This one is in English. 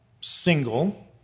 single